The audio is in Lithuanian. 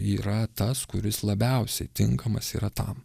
yra tas kuris labiausiai tinkamas yra tam